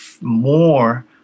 more